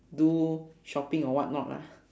do shopping or what not lah